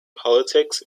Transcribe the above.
politics